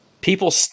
people